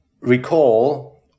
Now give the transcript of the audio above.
recall